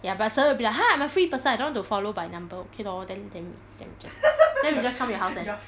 ya but sera will be like !huh! I'm a free person I don't want to follow by number okay lor then damn it then we just then we just come your house and